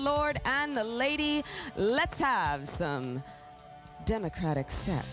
lord and the lady let's have some democratic se